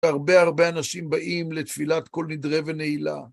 הרבה הרבה אנשים באים לתפילת כל נדרי ונעילה.